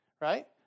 Right